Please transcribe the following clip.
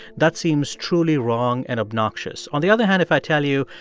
that seems truly wrong and obnoxious. on the other hand, if i tell you,